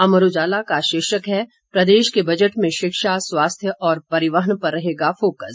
अमर उजाला का शीर्षक है प्रदेश के बजट में शिक्षा स्वास्थ्य और परिवहन पर रहेगा फोकस